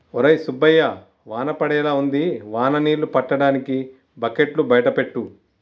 ఒరై సుబ్బయ్య వాన పడేలా ఉంది వాన నీళ్ళు పట్టటానికి బకెట్లు బయట పెట్టు